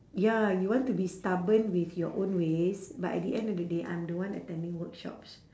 ya you want to be stubborn with your own ways but at the end of the day I'm the one attending workshops